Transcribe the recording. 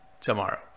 tomorrow